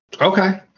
Okay